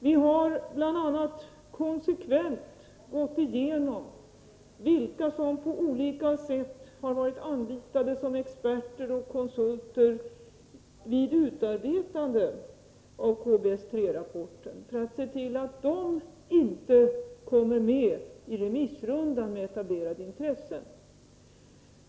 Vi har bl.a. konsekvent gått igenom vilka som på olika sätt har varit anlitade som experter och konsulter vid utarbetandet av KBS-3-rapporten för att se till att de inte kommer med i remissrundan med etablerade intressen.